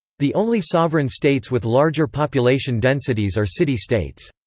the only sovereign states with larger population densities are city states.